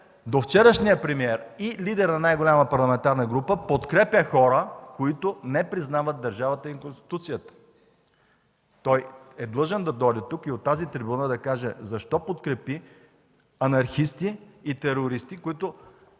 довчерашният премиер и лидерът на най-голямата парламентарна група подкрепя хора, които не признават държавата и Конституцията. Той е длъжен да дойде тук и от тази трибуна да каже защо подкрепи анархисти и терористи, които